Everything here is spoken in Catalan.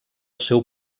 seu